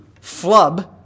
flub